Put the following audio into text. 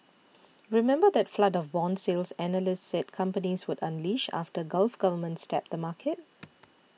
remember that flood of bond sales analysts said companies would unleash after Gulf governments tapped the market